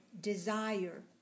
desire